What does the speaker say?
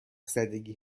زدگی